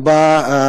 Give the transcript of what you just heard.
הוא בא מבאר-שבע,